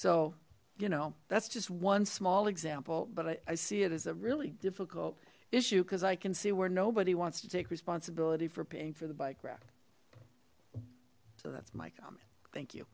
so you know that's just one small example but i see it as a really difficult issue because i can see where nobody wants to take responsibility for paying for the bike rack so that's my comment thank you